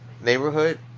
neighborhood